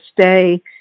stay